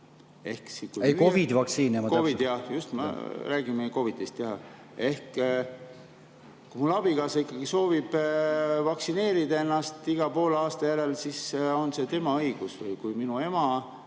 Ei, COVID‑i vaktsiini. Jah, just, me räägime COVID‑ist. Ehk kui mu abikaasa ikkagi soovib vaktsineerida ennast iga poole aasta järel, siis on see tema õigus. Või kui minu ema,